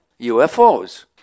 UFOs